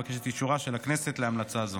אבקש את אישורה של הכנסת להמלצה זו.